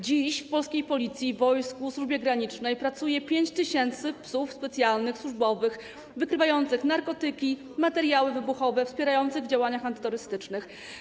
Dziś w polskiej Policji, wojsku, służbie granicznej pracuje 5 tys. psów specjalnych, służbowych, wykrywających narkotyki, materiały wybuchowe, wspierających działania antyterrorystyczne.